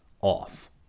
Off